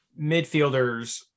midfielders